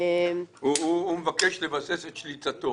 הוא מבקש לבסס את שליטתו,